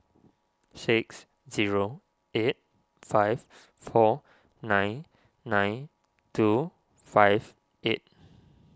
six zero eight five four nine nine two five eight